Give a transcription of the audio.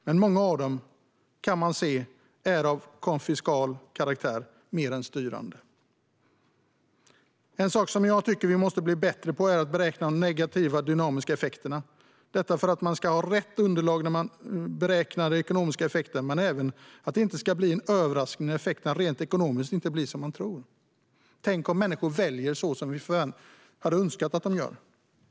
Men man kan se att många av dem snarare är av konfiskal karaktär än styrande. Vi måste bli bättre på att beräkna de negativa dynamiska effekterna, för att man ska ha rätt underlag när man beräknar de ekonomiska effekterna men även för att det inte ska bli en överraskning när effekterna rent ekonomiskt inte blir som man trott. Tänk om människor inte väljer som vi har önskat!